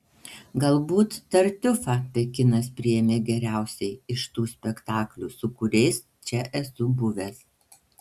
galbūt tartiufą pekinas priėmė geriausiai iš tų spektaklių su kuriais čia esu buvęs